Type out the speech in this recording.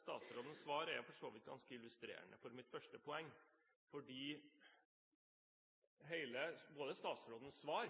Statsrådens svar er for så vidt ganske illustrerende for mitt første poeng, for statsrådens svar